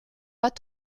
pas